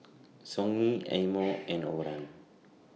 Songhe Eye Mo and Overrun